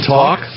talk